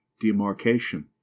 demarcation